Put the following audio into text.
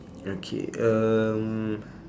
okay um